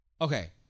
Okay